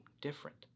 different